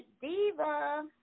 Diva